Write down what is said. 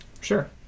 Sure